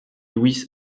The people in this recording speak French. louis